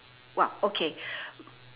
!wah! okay